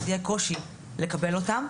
אז יהיה קושי לקבל אותם.